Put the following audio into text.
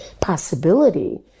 possibility